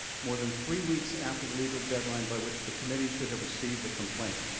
more than three weeks after the legal deadline by which the committee should have received the complaint.